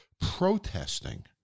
protesting